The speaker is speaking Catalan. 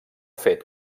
fet